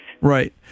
Right